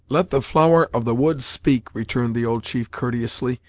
let the flower of the woods speak, returned the old chief courteously,